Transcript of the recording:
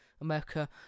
America